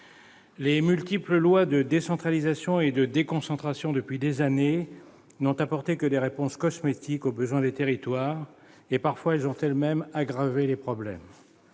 Les multiples lois de décentralisation et de déconcentration intervenues depuis des années n'ont apporté que des réponses cosmétiques aux besoins des territoires. Parfois, elles ont elles-mêmes aggravé les problèmes.